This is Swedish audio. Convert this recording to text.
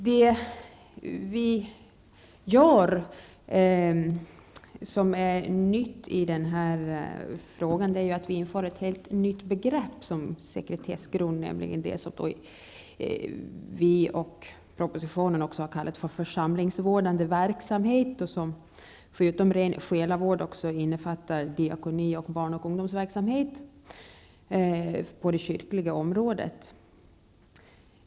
Det som är nytt i den här frågan är att vi för in ett nytt begrepp som sekretessgrund, nämligen det som vi och också regeringen i propositionen har kallat för församlingsvårdande verksamhet och som förutom ren själavård också innefattar diakoni och barn och ungdomsarbetet på det kyrkliga området.